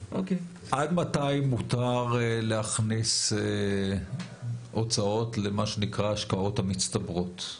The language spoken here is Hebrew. עד מתי מותר להכניס הוצאות למה שנקרא ההשקעות המצטברות?